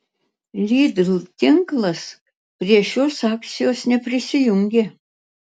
lidl tinklas prie šios akcijos neprisijungė